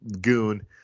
goon